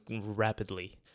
rapidly